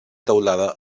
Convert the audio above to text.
teulada